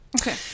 Okay